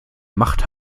macht